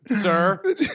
sir